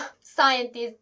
scientists